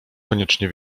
koniecznie